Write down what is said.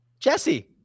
Jesse